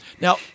Now